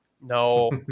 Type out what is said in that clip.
no